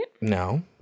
No